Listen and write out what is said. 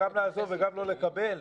גם לעזוב וגם לא לקבל?